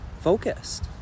focused